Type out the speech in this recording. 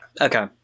Okay